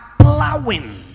plowing